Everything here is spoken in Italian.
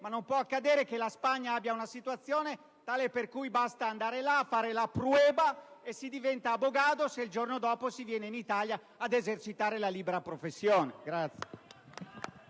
ma non può accadere che la Spagna abbia una situazione tale per cui è sufficiente andare là, fare la *prueba* e si diventa *abogado* se il giorno dopo si viene in Italia ad esercitare la libera professione.